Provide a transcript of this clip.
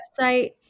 website